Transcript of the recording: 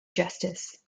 justice